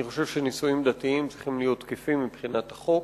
אני חושב שנישואים דתיים צריכים להיות תקפים מבחינת החוק.